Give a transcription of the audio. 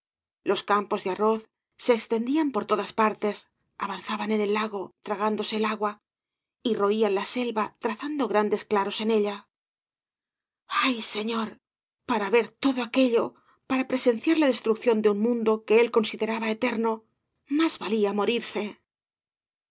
los campos de arroz se extendían por todas partes avanzaban en el lago tragándose el agua y roían la selva trazando grandes claros en ella ay sefior para ver todo aquello para presenciar la destrucción de un muado que él consideraba eterno más valía morirsel